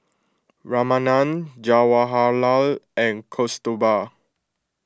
Ramanand Jawaharlal and Kasturba